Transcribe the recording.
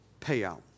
payout